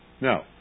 Now